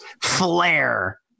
flare